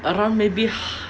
around maybe ha~